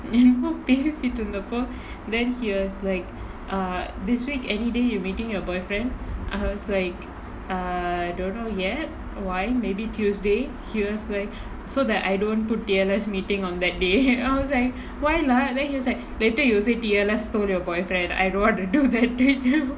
ஏன் இப்போ பேசிட்டு இருந்தபோ:yaen ippo pesitu irunthappo then he was like err this week any day you meeting your boyfriend I was like err don't know yet why maybe tuesday he was like so that I don't book T_L_S meeting on that day I was like why lah then he was like later you will say T_L_S stole your boyfriend I don't want to do that to you